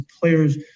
player's –